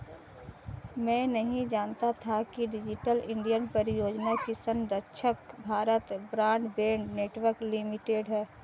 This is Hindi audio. मैं नहीं जानता था कि डिजिटल इंडिया परियोजना की संरक्षक भारत ब्रॉडबैंड नेटवर्क लिमिटेड है